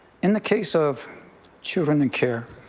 in the case of children in care